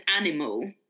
animal